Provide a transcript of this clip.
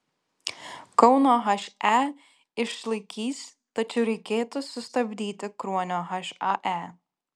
kauno he išlaikys tačiau reikėtų sustabdyti kruonio hae